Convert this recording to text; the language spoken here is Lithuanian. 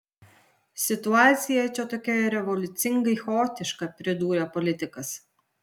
situacija čia tokia revoliucingai chaotiška pridūrė politikas